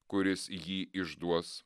kuris jį išduos